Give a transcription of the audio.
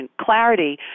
clarity